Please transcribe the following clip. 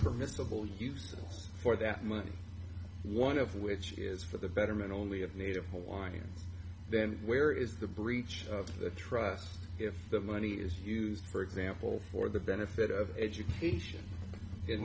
permissible uses for that money one of which is for the betterment only of native hawaiians then where is the breach of the trust if that money is used for example for the benefit of education in